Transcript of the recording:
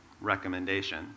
recommendation